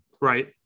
Right